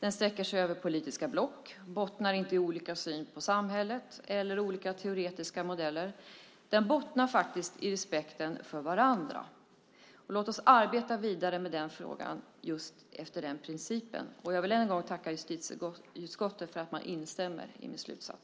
Den sträcker sig över politiska block och bottnar inte i olika syn på samhället eller i olika teoretiska modeller. Den bottnar faktiskt i respekten för varandra. Låt oss arbeta vidare med den frågan just efter den principen! Jag vill än en gång tacka justitieutskottet för att man instämmer i min slutsats.